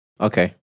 Okay